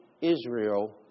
Israel